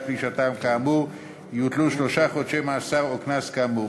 פלישתה כאמור יוטלו שלושה חודשי מאסר או קנס כאמור.